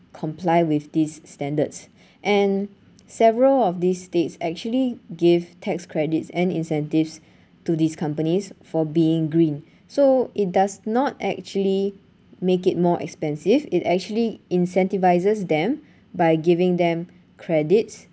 comply with these standards and several of these states actually give tax credits and incentives to these companies for being green so it does not actually make it more expensive it actually incentivises them by giving them credits